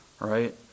Right